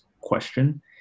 question